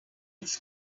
its